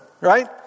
right